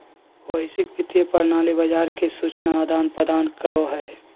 वैश्विक वित्तीय प्रणाली बाजार के सूचना आदान प्रदान करो हय